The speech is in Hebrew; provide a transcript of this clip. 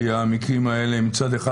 כי המקרים האלה מצד אחד